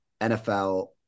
NFL